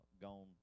gone